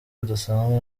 budasanzwe